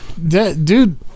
dude